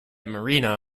marina